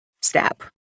step